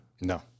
No